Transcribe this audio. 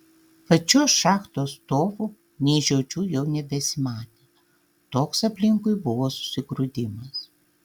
pačios šachtos stovų nei žiočių jau nebesimatė toks aplinkui buvo susigrūdimas